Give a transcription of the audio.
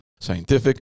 scientific